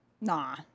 Nah